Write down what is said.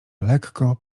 lekko